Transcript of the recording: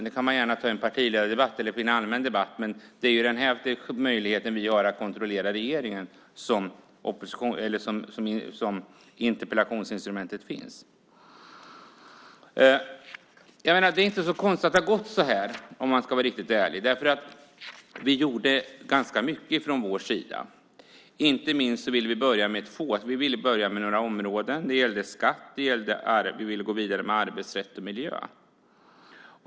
Det kan man gärna ta i en partiledardebatt eller i en allmän debatt, men det är för att ge oss möjlighet att kontrollera regeringen som interpellationsinstrumentet finns. Ska man vara riktigt ärlig är det inte så konstigt att det har gått så här. Vi gjorde ganska mycket från vår sida. Vi ville börja med några områden. Det gällde skatter, och vi ville gå vidare med arbetsrätt och miljö.